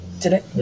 today